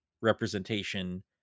representation